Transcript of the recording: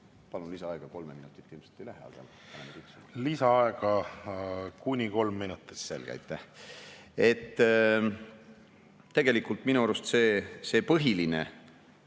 Palun lisaaega. Kolm minutit ilmselt ei lähe, aga … Lisaaega kuni kolm minutit. Selge, aitäh! Tegelikult minu arust see on põhiline